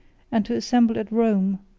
and to assemble at rome,